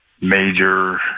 major